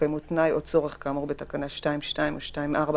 התקיימות תנאי או צורך כאמור בתקנה 2(2) או 2(4),